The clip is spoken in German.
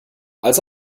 als